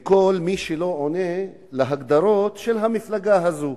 מכל מי שלא עונה להגדרות של המפלגה הזו.